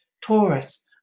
taurus